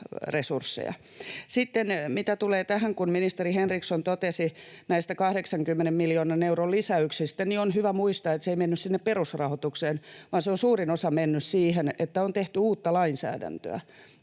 Sitten mitä tulee tähän, kun ministeri Henriksson totesi näistä 80 miljoonan euron lisäyksistä, niin on hyvä muistaa, että se ei mennyt sinne perusrahoitukseen, vaan suurin osa on mennyt siihen, että on tehty uutta lainsäädäntöä